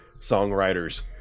songwriters